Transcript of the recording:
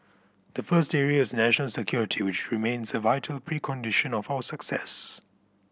the first area is national security which remains a vital precondition of our success